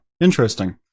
interesting